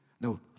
No